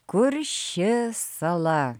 kur ši sala